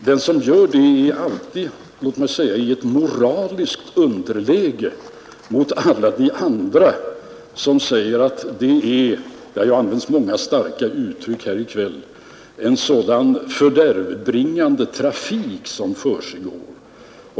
Den som gör det är alltid, låt mig säga i ett moraliskt underläge gentemot alla de andra, som säger att det är — det har ju använts många starka uttryck här i kväll — en sådan fördärvbringande trafik som försiggår.